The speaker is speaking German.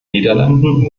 niederlanden